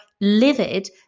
livid